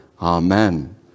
Amen